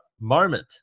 moment